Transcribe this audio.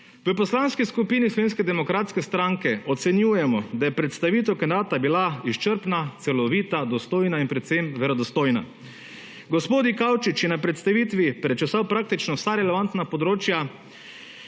V Poslanski skupini SDS ocenjujemo, da je predstavitev kandidata bila izčrpna, celovita, dostojna in predvsem verodostojna. Gospod Dikaučič je na predstavitvi prečesal praktično vsa relevantna področja